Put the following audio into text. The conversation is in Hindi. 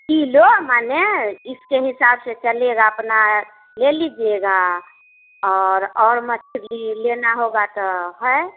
किलो मानए इसके हिसाब से चलेगा अपना ले लीजिएगा और और मछली लेना होगा तो है